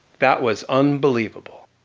that was unbelievable.